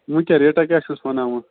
وٕنۍ کیٛاہ ریٹہَ کیٛاہ چھِ ووس وَنان ونۍ